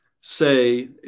say